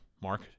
Mark